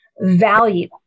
value